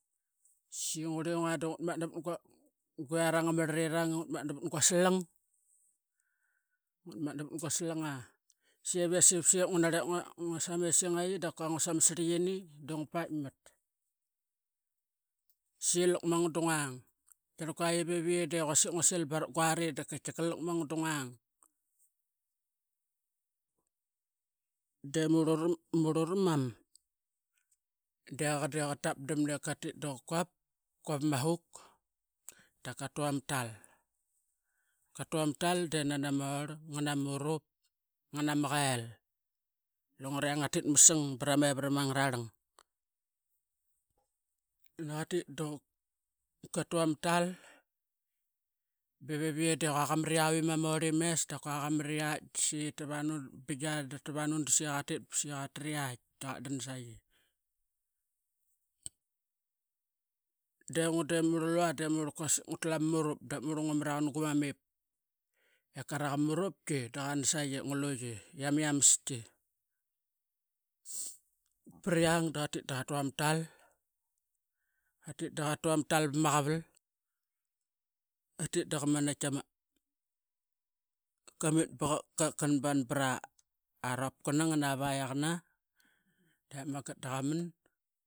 Sa iyie qurengua da ngutmatna vat guirang ama rariring ingngat matna vat guaslang. Ngua matna vat guaslang saiep viasai ngurep nguatas ama essing dap qua ama sritirang dungua paitmat saiep lakmangua dangung toqar qu, iv iye quasik ngua sil barak guari dap katika lakmangua. Dangung de mur ura mam deqa deqa tapdamna ip katiti da qa quap ama hoke dap katu ama tal, katu ama tal denami ama orl ngan ama qel lungre ngatit masang. Vra mevatam angarang nani qatit daqa tu ama tal beviyie dequa qamaram orlim mes. Dap qua qamariat tavanu binga dap tavanu da saqi qamariat daqatit daqa tariat daqat dan saqi dangua dangri lua ngri quasik nguatla mama murup dap mur ngua maraqan ip karaqa murupki daqan, saqi ip nguluqi. Ima iamaski priang deqatit daqa tuama tal katit daqa tuama tal pama qaval katit daqamaniat kanban bramaropkana nganama yiaqana dep manget daqa man.